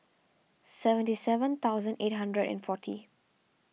seventy seven thousand eight hundred and forty